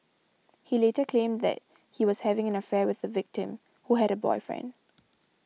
he later claimed that he was having an affair with the victim who had a boyfriend